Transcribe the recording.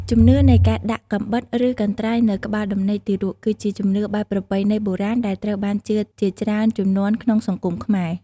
ជំនឿនៃការដាក់ កំបិតឬកន្ត្រៃនៅក្បាលដំណេកទារក គឺជាជំនឿបែបប្រពៃណីបុរាណដែលត្រូវបានជឿជាច្រើនជំនាន់ក្នុងសង្គមខ្មែរ។